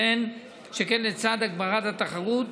שכן לצד הגברת התחרות,